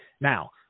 Now